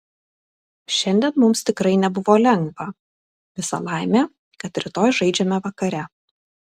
šiandien mums tikrai nebuvo lengva visa laimė kad rytoj žaidžiame vakare